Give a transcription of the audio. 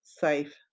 safe